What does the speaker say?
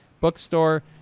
bookstore